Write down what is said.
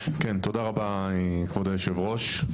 תודה רבה כבוד היושב-ראש.